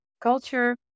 culture